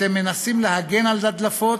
אתם מנסים להגן על הדלפות,